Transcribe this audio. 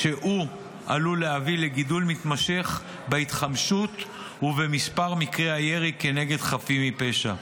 שעלול להביא לגידול מתמשך בהתחמשות ובמספר מקרי הירי גם כנגד חפים מפשע.